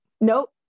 Nope